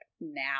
now